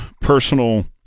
personal